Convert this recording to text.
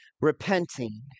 repenting